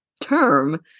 term